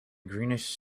greenish